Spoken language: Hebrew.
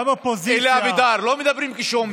אלי אבידר, לא מדברים כשעומדים.